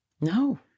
No